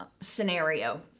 scenario